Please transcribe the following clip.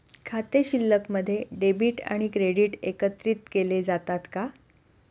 खाते शिल्लकमध्ये डेबिट आणि क्रेडिट एकत्रित केले जातात का?